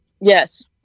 Yes